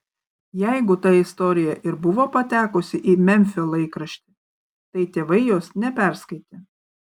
jeigu ta istorija ir buvo patekusi į memfio laikraštį tai tėvai jos neperskaitė